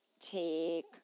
take